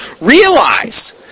realize